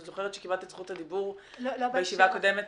אבל אני זוכרת שקיבלת את זכות הדיבור בישיבה הקודמת